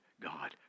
God